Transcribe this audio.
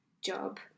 job